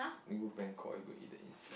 you go Bangkok you got eat the insect